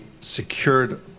secured